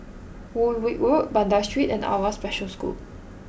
Woolwich Road Banda Street and Awwa Special School